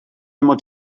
mod